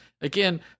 again